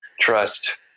trust